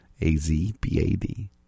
A-Z-B-A-D